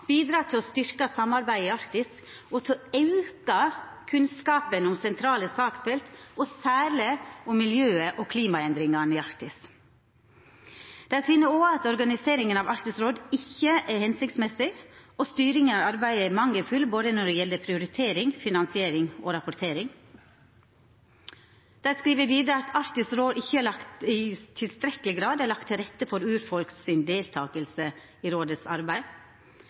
til å styrkja samarbeidet i Arktis og til å auka kunnskapen om sentrale saksfelt, særleg om miljøet og klimaendringane i Arktis. Dei finn òg at organiseringa av Arktisk råd ikkje er hensiktsmessig, og at styringa av arbeidet er mangelfull når det gjeld både prioritering, finansiering og rapportering. Dei skriv vidare at Arktisk råd ikkje i tilstrekkeleg grad har lagt til rette for urfolk si deltaking i rådets arbeid,